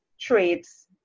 traits